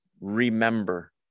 remember